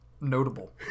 Notable